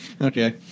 Okay